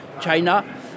China